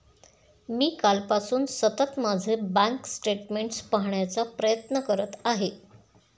मी कालपासून सतत माझे बँक स्टेटमेंट्स पाहण्याचा प्रयत्न करत आहे